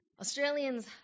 Australians